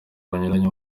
banyuranye